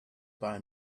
buy